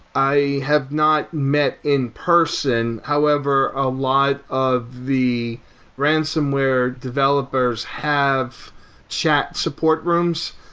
i have not met in person. however, a lot of the ransom ware developers have chat support rooms.